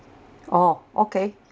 oh okay